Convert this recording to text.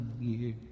years